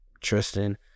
Tristan